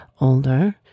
older